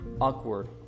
Awkward